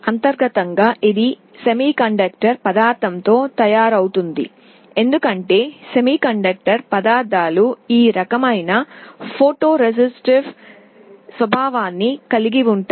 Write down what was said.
అంతర్గతంగా ఇది కొన్ని సెమీకండక్టర్ పదార్థంతో తయారవుతుంది ఎందుకంటే సెమీకండక్టర్ పదార్థాలు ఈ రకమైన ఫోటో రెసిస్టివ్ ఆస్తిని కలిగి ఉంటాయి